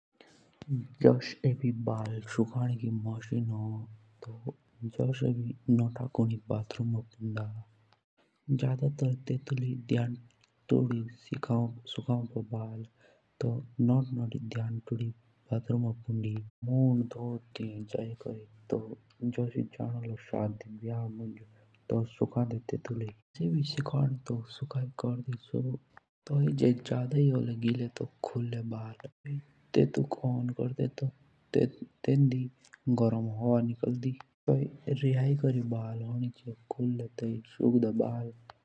जुस एबी बाल सुखानो की मसिन होन। तो जबतर तो तेतपाण्डी धियांतुड़ी सुखाओन बाल नोत्थ बाथरूम पुन्दि मुण्ड धो और जुस तियाँके जानो होलो कोकी शादी भिया मुँज तब सुनको सखाई। एसी भी जे सुखानो होलो कोसीके जादा ही होले गिले बाल तो तेतुक ओण कोर्दे तो तेंड़ी गरम फुक रोन अंडी लागी तब सुक्नों बाल।